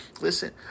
listen